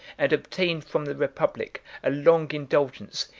and obtain from the republic a long indulgence,